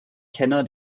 kenner